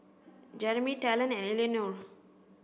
Jerimy Talen and Eleanore